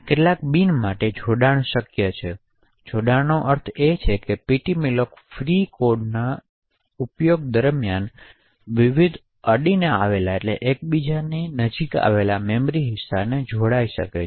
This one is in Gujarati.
કેટલાક બિન માટે જોડાણ શક્ય છે જેથી જોડાણનો અર્થ એ છે કે ptmalloc ફ્રી કોડ દરમિયાન વિવિધ અડીને આવેલા મેમરી હિસ્સા જોડાઇ શકે છે